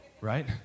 Right